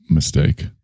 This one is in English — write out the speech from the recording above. mistake